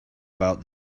about